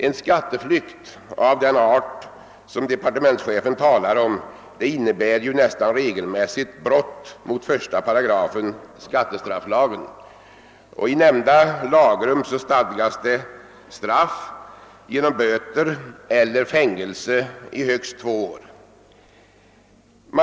En skatteflykt av den art han talade om innebär ju nästan regelmässigt brott mot 1 3 skattestrafflagen, vari stadgas straff i form av böter eller fängelse i högst två år.